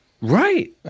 Right